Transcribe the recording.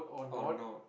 oh not